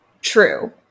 true